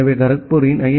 எனவே கரக்பூரின் ஐ